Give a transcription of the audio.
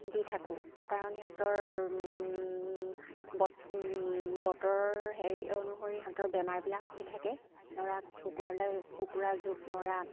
দি থাকোঁ কাৰণ সিহঁতৰ বত বতৰ হেৰি অনুসৰি সিহঁতৰ বেমাৰবিলাক হৈ থাকে ধৰা কুকুৰাবিলাক কুকুৰা জুপ মৰা